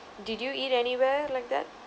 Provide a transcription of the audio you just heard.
did you eat anywhere like that